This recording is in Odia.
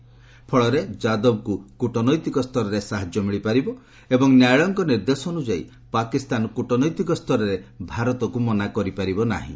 ଏହାଫଳରେ ଯାଦବଙ୍କୁ କୃଟନୈତିକ ସ୍ତରରେ ସାହାଯ୍ୟ ମିଳିପାରିବ ଏବଂ ନ୍ୟାୟାଳୟଙ୍କ ନିର୍ଦ୍ଦେଶ ଅନୁଯାୟୀ ପାକିସ୍ତାନ କ୍ଟନୈତିକ ସ୍ତରରେ ଭାରତକୁ ମନା କରିପାରିବ ନାହିଁ